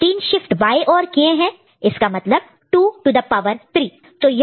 तीन shift by और किए हैं इसका मतलब 2 टू द पावर 3